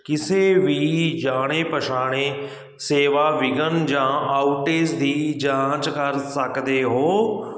ਕਿਸੇ ਵੀ ਜਾਣੇ ਪਛਾਣੇ ਸੇਵਾ ਵਿਘਨ ਜਾਂ ਆਉਟੇਜ ਦੀ ਜਾਂਚ ਕਰ ਸਕਦੇ ਹੋ